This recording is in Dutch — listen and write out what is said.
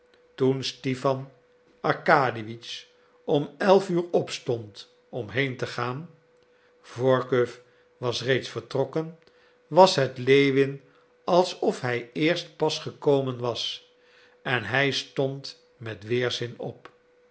toen stipan arkadiewitsch om elf uur opstond om heen te gaan workuw was reeds vertrokken was het lewin alsof hij eerst pas gekomen was en hij stond met weerzin op